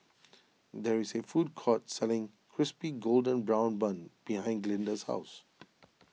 there is a food court selling Crispy Golden Brown Bun behind Glynda's house